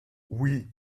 oui